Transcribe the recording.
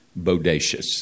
bodacious